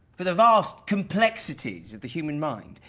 for the vast complexities of the human mind.